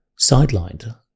sidelined